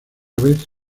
vez